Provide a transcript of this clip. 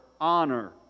honor